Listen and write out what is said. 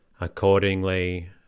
Accordingly